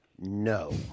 No